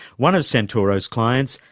one of santoro's clients,